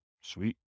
Sweet